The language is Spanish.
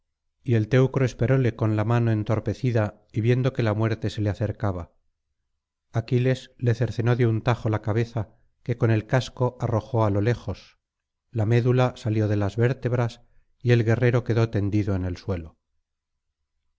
y el teucro esperóle con la mano entorpecida y viendo que la muerte se le acercaba aquiles le cercenó de un tajo la cabeza que con el casco arrojó á lo lejos la medula salió de las vértebras y el guerrero quedó tendido en el suelo